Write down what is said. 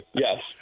Yes